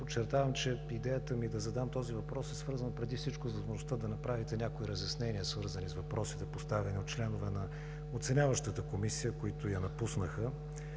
Подчертавам, че идеята ми да задам този въпрос е свързана преди всичко с възможността да направите някои разяснения, свързани с поставените въпроси от членове на оценяващата комисия, които я напуснаха